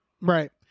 Right